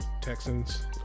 Texans